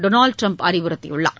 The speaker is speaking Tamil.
டொனால்டு ட்ரம்ப் அறிவுறுத்தியுள்ளார்